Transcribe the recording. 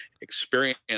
experience